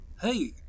Hey